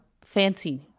fancy